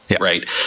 right